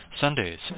Sundays